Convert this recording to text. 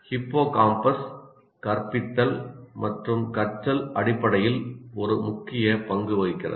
hippocampus கற்பித்தல் மற்றும் கற்றல் அடிப்படையில் ஒரு முக்கிய பங்கு வகிக்கிறது